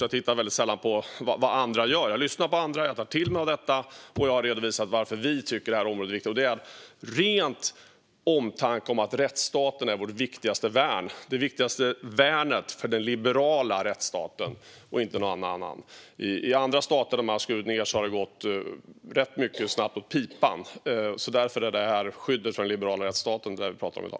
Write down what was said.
Jag tittar väldigt sällan på vad andra gör. Jag lyssnar dock på andra och tar till mig av det. Jag har redovisat varför vi tycker att det här området är viktigt. Det är av ren omtanke. Rättsstaten är vårt viktigaste värn. Detta handlar om det viktigaste värnet för den liberala rättsstaten. I andra stater, där man har skurit ned, har det gått åt pipan rätt snabbt. Därför är det skyddet för den liberala rättsstaten vi pratar om i dag.